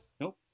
Nope